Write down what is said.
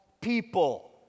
people